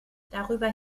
darüber